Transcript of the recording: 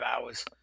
hours